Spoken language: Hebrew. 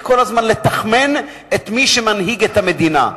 כל הזמן לתכמן את מי שמנהיג את המדינה.